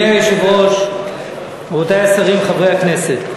חברי הכנסת.